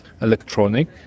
electronic